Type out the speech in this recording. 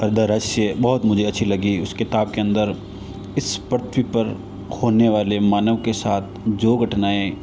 the रहस्य बहुत मुझे अच्छी लगी उस किताब के अंदर इस पृथ्वी पर होने वाले मानव के साथ जो घटनाएं